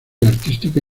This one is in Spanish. artística